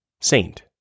Saint